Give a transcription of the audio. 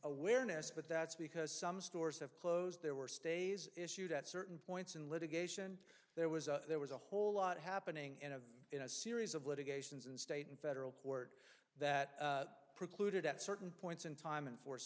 awareness but that's because some stores have closed they were stays issued at certain points in litigation there was a there was a whole lot happening in a in a series of litigations and state and federal court that precluded at certain points in time in force